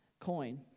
coin